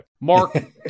Mark